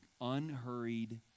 unhurried